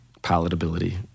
palatability